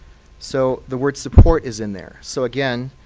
so the word support is in there. so again,